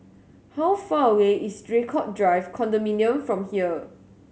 how far away is Draycott Drive Condominium from here